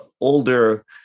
older